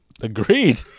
Agreed